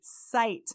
sight